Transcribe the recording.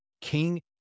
King